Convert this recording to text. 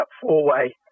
four-way